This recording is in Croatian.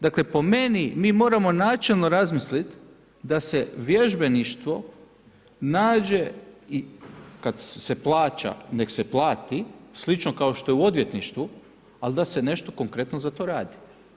Dakle po meni, mi moramo načelno razmisliti da se vježbeništvo nađe i, kada se plaća neka se plati, slično kao što je u odvjetništvu, ali da se nešto konkretno za to radi.